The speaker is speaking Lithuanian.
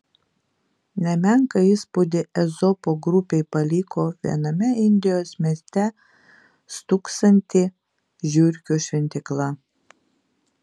nemenką įspūdį ezopo grupei paliko viename indijos mieste stūksanti žiurkių šventykla